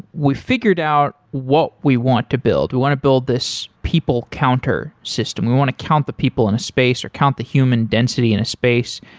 we figured out what we want to build. we want to build this people counter system. we want to count the people in a spacer or count the human density in a space.